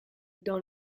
dans